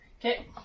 Okay